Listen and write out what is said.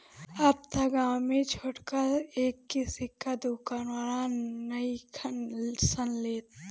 अब त गांवे में छोटका एक के सिक्का दुकान वाला नइखन सन लेत